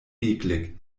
eklig